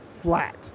flat